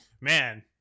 Man